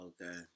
Okay